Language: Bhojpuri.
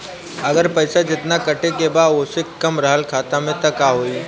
अगर पैसा जेतना कटे के बा ओसे कम रहल खाता मे त का होई?